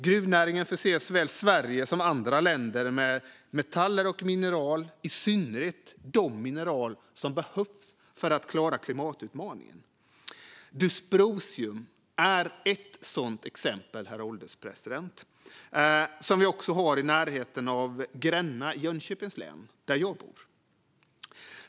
Gruvnäringen förser såväl Sverige som andra länder med metaller och mineral, i synnerhet de mineral som behövs för att klara klimatutmaningen. Dysprosium är ett sådant exempel. Det finns också i närheten av Gränna i Jönköpings län, där jag bor.